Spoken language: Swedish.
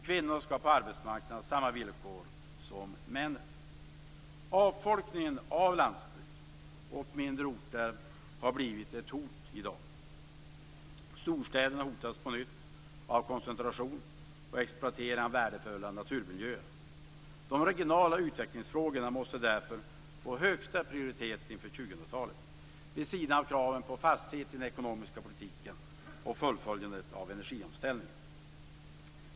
Kvinnor skall på arbetsmarknaden ha samma villkor som männen. Avfolkningen av landsbygden och mindre orter har blivit ett hot i dag. Storstäderna hotas på nytt av koncentration och exploatering av värdefulla naturmiljöer. De regionala utvecklingsfrågorna måste därför få högsta prioritet inför 2000-talet vid sidan av kraven på fasthet i den ekonomiska politiken och fullföljandet av energiomställningen.